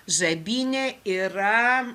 žabynė yra